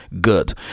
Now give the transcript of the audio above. good